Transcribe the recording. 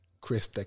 Chris